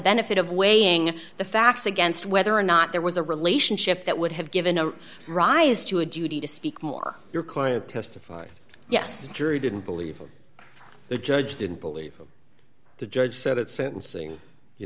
benefit of weighing the facts against whether or not there was a relationship that would have given a rise to a duty to speak more your client testified yes jury didn't believe the judge didn't believe the judge said at sentencing you